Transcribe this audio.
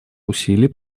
усилий